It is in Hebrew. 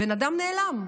בן אדם נעלם.